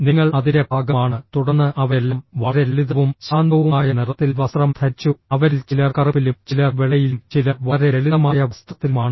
നിങ്ങൾ അതിന്റെ ഭാഗമാണ് തുടർന്ന് അവരെല്ലാം വളരെ ലളിതവും ശാന്തവുമായ നിറത്തിൽ വസ്ത്രം ധരിച്ചു അവരിൽ ചിലർ കറുപ്പിലും ചിലർ വെള്ളയിലും ചിലർ വളരെ ലളിതമായ വസ്ത്രത്തിലുമാണ്